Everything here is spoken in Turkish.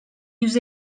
yüz